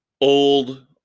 old